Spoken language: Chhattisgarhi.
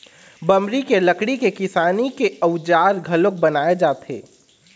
बमरी के लकड़ी के किसानी के अउजार घलोक बनाए जाथे